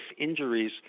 injuries